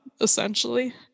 essentially